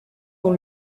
dans